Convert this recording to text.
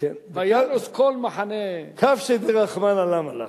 ויהרוס כל מחנה, כבשי דרחמנא למה לך?